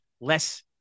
less